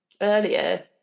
earlier